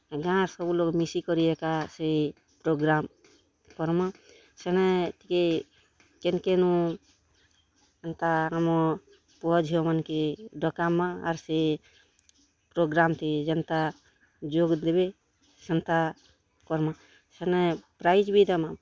ଗାଁର୍ ସବୁ ଲୋକ୍ ମିଶିକରି ଏକା ସେ ପୋଗ୍ରାମ୍ କର୍ମା ସେନେ ଟିକେ କେନ୍ କେନୁ ଏନ୍ତା ଅମ ପୁଅ ଝିଅ ମାନ୍କେ ଡକାମା ଆର୍ ସେ ପୋଗ୍ରାମ୍ତି ଯେନ୍ତା ଯୋଗ୍ ଦେବେ ସେନ୍ତା କର୍ମା ସେନେ ପ୍ରାଇଜ୍ ବି ଦେମା ଯେନ୍ତା ସେ ପ୍ରାଇଜ୍ ଦେମା